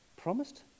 Promised